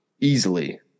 Easily